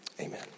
Amen